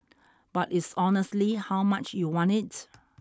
but it's honestly how much you want it